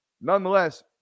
nonetheless